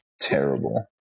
terrible